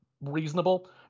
reasonable